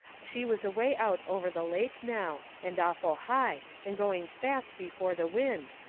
she was away out over the lake now, and awful high, and going fast before the wind,